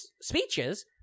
speeches